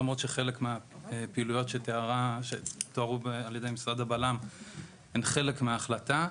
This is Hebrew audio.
למרות שחלק מהפעילויות שתוארו על ידי משרד הבל"מ הן חלק מההחלטה.